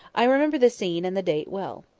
i remember the scene and the date well.